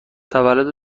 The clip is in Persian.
تولد